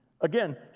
Again